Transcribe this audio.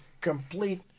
complete